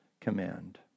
command